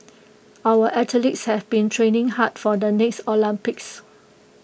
our athletes have been training hard for the next Olympics